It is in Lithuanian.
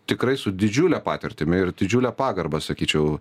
tikrai su didžiule patirtimi ir didžiule pagarba sakyčiau